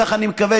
כך אני מקווה,